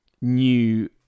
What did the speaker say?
new